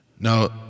Now